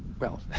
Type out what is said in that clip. well,